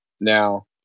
Now